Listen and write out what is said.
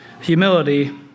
Humility